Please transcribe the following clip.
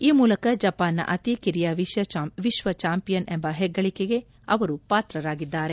ಈ ಮೂಲಕ ಜಪಾನ್ನ ಅತಿ ಕಿರಿಯ ವಿಶ್ವ ಚಾಂಪಿಯನ್ ಎಂಬ ಹೆಗ್ಗಳಕೆಗೆ ಅವರು ಪಾತ್ರರಾಗಿದ್ದಾರೆ